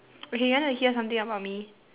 okay you want to hear something about me